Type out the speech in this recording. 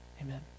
Amen